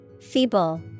Feeble